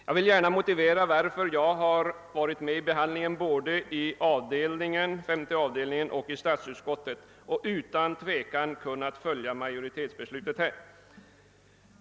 Jag vill motivera varför jag både inom femte avdelningen och inom statsutskottet utan tvekan kunnat följa majoritetsbesluten.